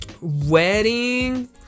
wedding